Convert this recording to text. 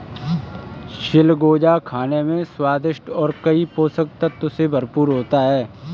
चिलगोजा खाने में स्वादिष्ट और कई पोषक तत्व से भरपूर होता है